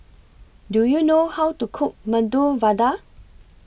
Do YOU know How to Cook Medu Vada